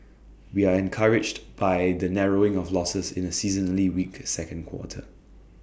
we are encouraged by the narrowing of losses in A seasonally weak second quarter